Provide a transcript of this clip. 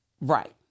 Right